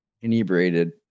inebriated